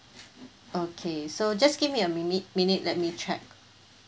okay so just give me a minute minute let me check